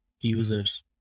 users